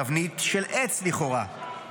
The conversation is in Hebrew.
תבנית של עץ לכאורה,